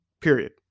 period